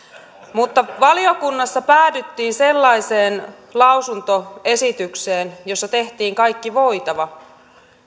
mutta valiokunnassa päädyttiin sellaiseen lausuntoesitykseen jossa tehtiin kaikki voitava